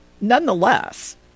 Nonetheless